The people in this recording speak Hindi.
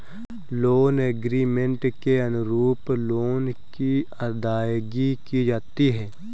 लोन एग्रीमेंट के अनुरूप लोन की अदायगी की जाती है